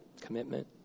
commitment